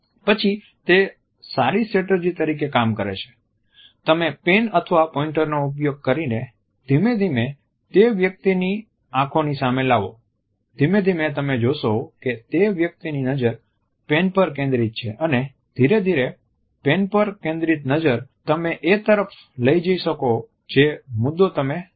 પછી તે સારી સ્ટ્રેટેજી તરીકે કામ કરે છે તમે પેન અથવા પોઇન્ટરનો ઉપયોગ કરીને ધીમે ધીમે તે વ્યક્તિની આંખોની સામે લાવો ધીમે ધીમે તમે જોશો કે તે વ્યક્તિની નજર પેન પર કેન્દ્રિત છે અને ધીરે ધીરે પેન પર કેન્દ્રિત નજર એ તમે એ તરફ લઈ જઈ શકો જે મુદ્દો તમે સમજાવવા માંગો છો